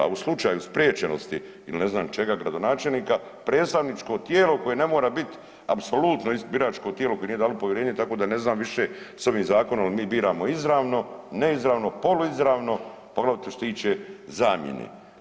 A u slučaju spriječenosti ili ne znam čega gradonačelnika predstavničko tijelo koje ne mora biti apsolutno biračko tijelo koje nije dalo povjerenje tako da ne znam više s ovim zakonom jel' mi biramo izravno, neizravno, poluizravno poglavito što se tiče zamjene.